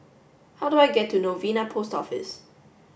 how do I get to Novena Post Office